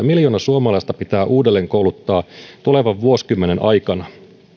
miljoona suomalaista pitää uudelleenkouluttaa tulevan vuosikymmen aikana